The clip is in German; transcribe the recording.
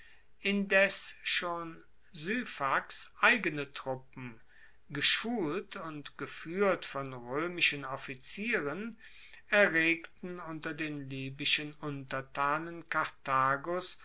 indes schon syphax eigene truppen geschult und gefuehrt von roemischen offizieren erregten unter den libyschen untertanen